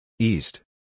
East